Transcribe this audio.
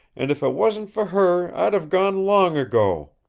and if it wasn't for her i'd have gone long ago.